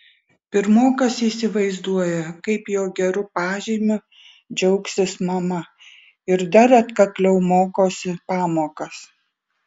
pirmokas įsivaizduoja kaip jo geru pažymiu džiaugsis mama ir dar atkakliau mokosi pamokas